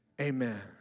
amen